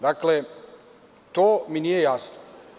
Dakle, to mi nije jasno.